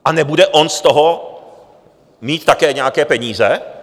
A nebude on z toho mít také nějaké peníze?